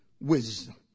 wisdom